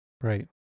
Right